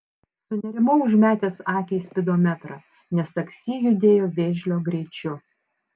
sunerimau užmetęs akį į spidometrą nes taksi judėjo vėžlio greičiu